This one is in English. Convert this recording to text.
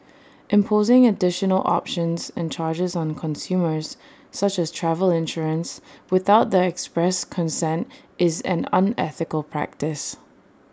imposing additional options and charges on consumers such as travel insurance without their express consent is an unethical practice